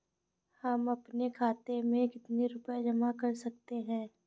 हम अपने खाते में कितनी रूपए जमा कर सकते हैं?